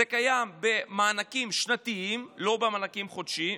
זה קיים במענקים שנתיים, לא במענקים חודשיים,